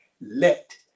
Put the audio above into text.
let